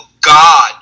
God